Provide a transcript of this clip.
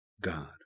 God